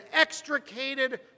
extricated